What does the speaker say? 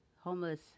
homeless